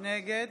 נגד